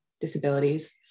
disabilities